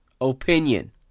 opinion